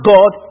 God